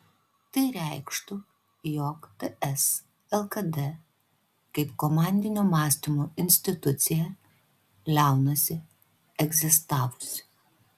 tai reikštų jog ts lkd kaip komandinio mąstymo institucija liaunasi egzistavusi